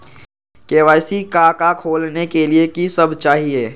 KYC का का खोलने के लिए कि सब चाहिए?